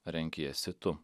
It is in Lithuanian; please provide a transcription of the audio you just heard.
renkiesi tu